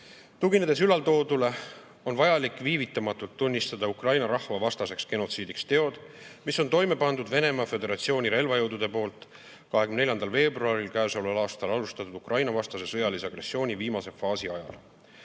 Tuginedes ülaltoodule on vajalik viivitamatult tunnistada Ukraina rahva vastaseks genotsiidiks teod, mis on toime pandud Venemaa Föderatsiooni relvajõudude poolt 24. veebruaril käesoleval aastal alustatud Ukraina-vastase sõjalise agressiooni viimase faasi ajal. ÜRO